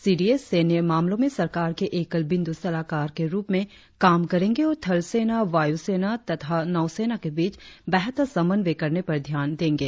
सी D S सैन्य मामलों में सरकार के एकल बिंद्र सलाहकार के रुप में काम करेंगे और थलसेना वायुसेना तथा नौसेना के बीच बेहतर समन्वय करने पर ध्यान देंगे